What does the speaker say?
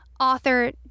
Author